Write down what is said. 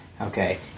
Okay